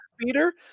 speeder